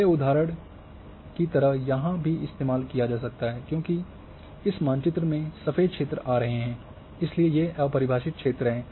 पहले के उदाहरणों की तरह यह भी इस्तेमाल किया जा सकता है क्योंकि इस मानचित्र में सफेद क्षेत्र आ रहे थे इसलिए ये अपरिभाषित क्षेत्र हैं